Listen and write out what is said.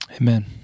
Amen